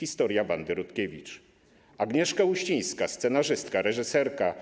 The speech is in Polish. Historia Wandy Rutkiewicz˝, Agnieszka Uścińska - scenarzystka, reżyserka,